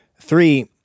Three